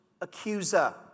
accuser